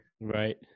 right